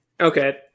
okay